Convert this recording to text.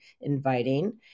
inviting